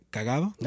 Cagado